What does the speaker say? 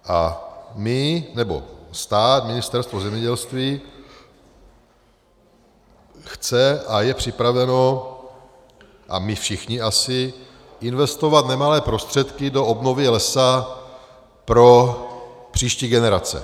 A my, nebo stát Ministerstvo zemědělství chce, a je připraveno, a my všichni asi, investovat nemalé prostředky do obnovy lesa pro příští generace.